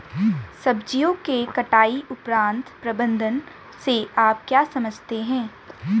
सब्जियों के कटाई उपरांत प्रबंधन से आप क्या समझते हैं?